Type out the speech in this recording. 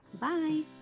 bye